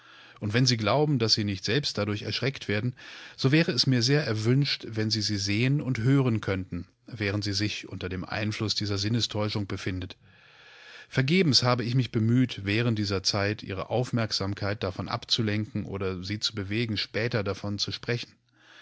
und wenn sie glauben daß sie nicht selbst dadurch erschreckt werden sowäreesmirsehrerwünscht wennsiesiesehenundhörenkönnten während sie sich unter dem einfluß dieser sinnestäuschung befindet vergebens habe ich mich bemüht während dieser zeit ihre aufmerksamkeit davon abzulenken oder sie zu bewegen später davon zu sprechen